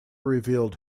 revealed